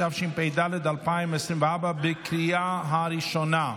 התשפ"ד 2024, בקריאה הראשונה.